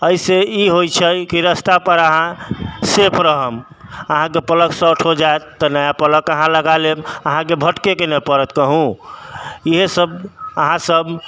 एहिसँ ई होइत छै कि रस्ता पर अहाँ सेफ रहब अहाँकेँ प्लग शॉर्ट हो जाएत तऽ नया प्लग अहाँ लगा लेब अहाँकेँ भटकेके नहि पड़त कहूँ इएह सब अहाँ सब